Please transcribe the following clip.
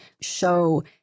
show